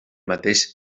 mateix